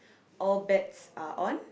all bets are on